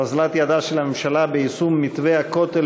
אוזלת ידה של הממשלה ביישום מתווה הכותל